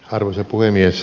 arvoisa puhemies